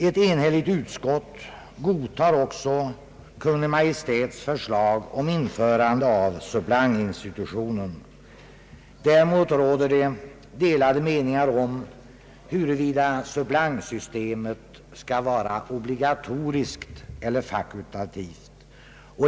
Ett enhälligt utskott godtar också Kungl. Maj:ts förslag om införande av suppleantinstitutionen. Däremot råder det delade meningar huruvida suppleantsystemet skall vara obligatoriskt eller fakultativt.